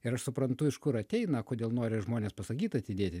ir aš suprantu iš kur ateina kodėl nori žmonės pasakyt atidėti